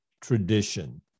tradition